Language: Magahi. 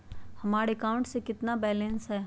हमारे अकाउंट में कितना बैलेंस है?